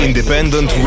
Independent